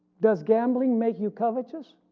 does gambling make you covetous?